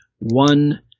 one